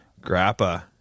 Grappa